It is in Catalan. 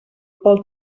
pel